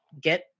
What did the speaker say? get